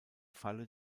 falle